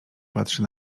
patrzy